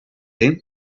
him